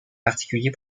particulier